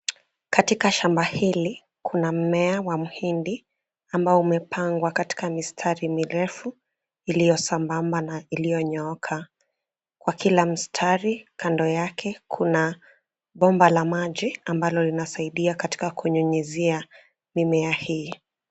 Katika shamba hili kuna mmea wa mahindi ambao umepangwa katika mistari mirefu iliyo sambamba na iliyonyooka. Kwa kila mstari kando yake kuna bomba la maji ambalo linasaidia katika kunyunyiziaa mimea hii.